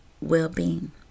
well-being